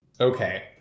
Okay